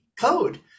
code